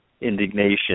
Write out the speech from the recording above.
indignation